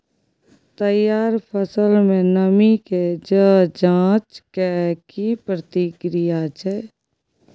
तैयार फसल में नमी के ज जॉंच के की प्रक्रिया छै?